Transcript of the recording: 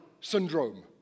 syndrome